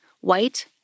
white